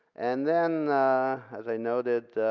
and then as i noted